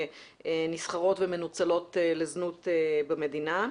ונסחרות ומנוצלות לזנות במדינה,